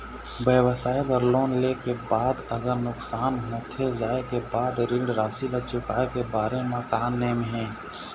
व्यवसाय बर लोन ले के बाद अगर नुकसान होथे जाय के बाद ऋण राशि ला चुकाए के बारे म का नेम हे?